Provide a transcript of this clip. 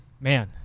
Man